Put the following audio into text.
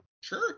sure